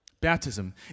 Baptism